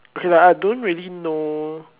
okay lah I don't really know